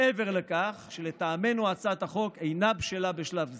מעבר לכך שלטעמנו הצעת החוק אינה בשלה בשלב זה.